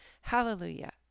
Hallelujah